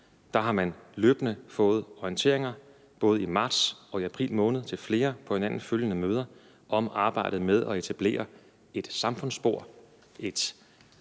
Der har man løbende fået orienteringer, både i marts og i april måned, til flere på hinanden følgende møder om arbejdet med at etablere et samfundsspor i samarbejde